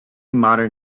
modern